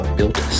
Built